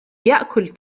يأكل